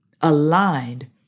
aligned